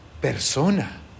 persona